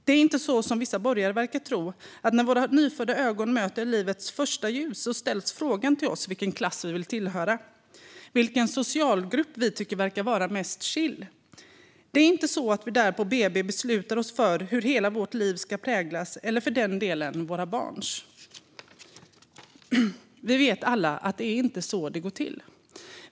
Det är inte så, som vissa borgare verkar tro, att när våra nyfödda ögon möter livets första ljus ställs frågan till oss vilken klass vi vill tillhöra eller vilken socialgrupp vi tycker verkar vara mest chill. Det är inte så att vi där på BB beslutar oss för hur hela vårt liv ska präglas, eller för den delen våra barns. Vi vet alla att det inte är så det går till.